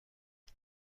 بود